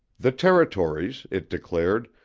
the territories, it declared,